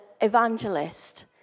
evangelist